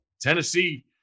Tennessee